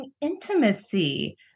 intimacy